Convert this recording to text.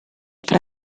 fra